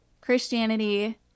Christianity